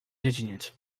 dziedziniec